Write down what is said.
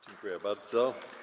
Dziękuję bardzo.